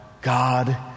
God